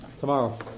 Tomorrow